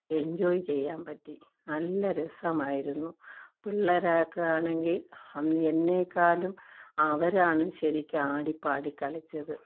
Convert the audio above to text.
enjoy ചെയ്യാൻ പറ്റി നല്ല രസമായിരുന്നു പിള്ളേരെക്കെ ആണെങ്കിൽ അന്ന് എന്നെക്കാളും അവരാണ് ശരിക്കും ആടിപ്പാടി കളിച്ചത്